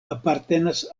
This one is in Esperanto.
apartenas